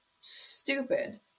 stupid